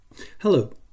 Hello